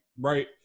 right